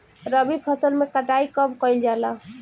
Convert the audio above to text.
रबी फसल मे कटाई कब कइल जाला?